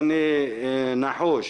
ואני נחוש